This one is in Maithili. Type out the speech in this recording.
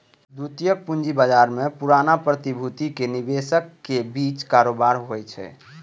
द्वितीयक पूंजी बाजार मे पुरना प्रतिभूतिक निवेशकक बीच कारोबार होइ छै